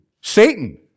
Satan